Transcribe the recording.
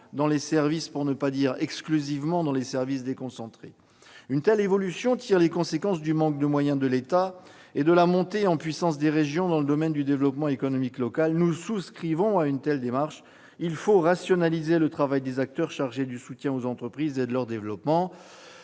essentiellement, pour ne pas dire exclusivement, sur les services déconcentrés. Une telle évolution tire les conséquences du manque de moyens de l'État et de la montée en puissance des régions dans le domaine du développement économique local. Nous souscrivons à une telle démarche : il faut rationaliser le travail des acteurs chargés du soutien aux entreprises et du développement